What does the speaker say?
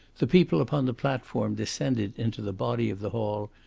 the people upon the platform descended into the body of the hall,